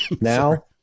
Now